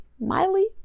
Miley